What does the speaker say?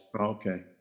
Okay